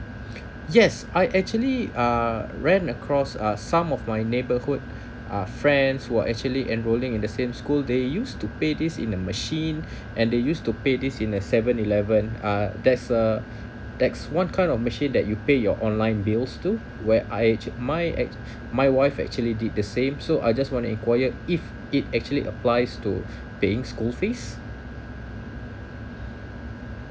yes I actually uh ran across uh some of my neighbourhood uh friends who are actually enrolling in the same school they used to pay this in the machine and they used to pay this in the seven eleven uh that's uh that's what kind of machine that you pay your online bills to where I act~ my act~ my wife actually did the same so I just want to enquire if it actually applies to paying school fee